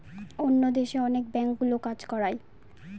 অন্য দেশে অনেক ব্যাঙ্কগুলো কাজ করায়